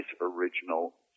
original